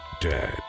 dead